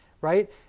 right